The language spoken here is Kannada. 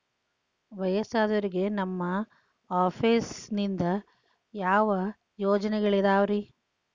ವಯಸ್ಸಾದವರಿಗೆ ನಿಮ್ಮ ಆಫೇಸ್ ನಿಂದ ಯಾವ ಯೋಜನೆಗಳಿದಾವ್ರಿ?